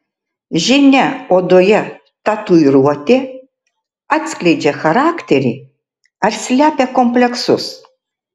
žinia odoje tatuiruotė atskleidžia charakterį ar slepia kompleksus